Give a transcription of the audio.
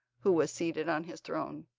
who was seated on his throne.